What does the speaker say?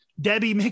Debbie